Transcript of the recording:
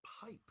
pipe